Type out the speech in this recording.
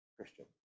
Christian